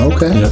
Okay